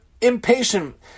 Impatient